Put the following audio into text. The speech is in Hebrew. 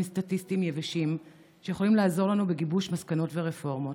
סטטיסטיים יבשים שיכולים לעזור לנו בגיבוש מסקנות ורפורמות.